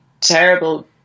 terrible